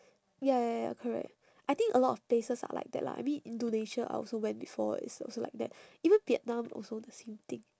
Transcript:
ya ya ya ya correct I think a lot of places are like that lah I mean indonesia I also went before it's also like that even vietnam also the same thing